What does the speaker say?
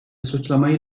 suçlamayı